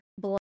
blood